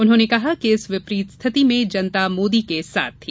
उन्होंने कहा कि इस विपरीत स्थिति में जनता मोदी के साथ थी